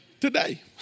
Today